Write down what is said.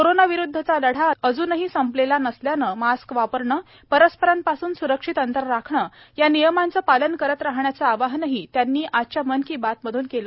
कोरोनाविरुद्धचा लढा अजूनही संपलेला नसल्यानं मास्क वापरणं परस्परांपासून स्रक्षित अंतर राखणं या नियमांचं पालन करत राहण्याचं आवाहनही मोदी यांनी आजच्या मन की बातमधून केलं